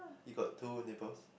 he got two nipples